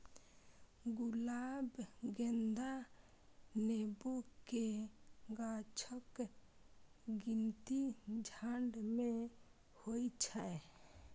गुलाब, गेंदा, नेबो के गाछक गिनती झाड़ मे होइ छै